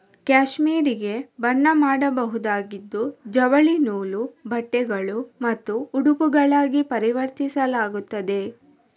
cashmere ಗೆ ಬಣ್ಣ ಮಾಡಬಹುದಾಗಿದ್ದು ಜವಳಿ ನೂಲು, ಬಟ್ಟೆಗಳು ಮತ್ತು ಉಡುಪುಗಳಾಗಿ ಪರಿವರ್ತಿಸಲಾಗುತ್ತದೆ